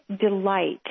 delight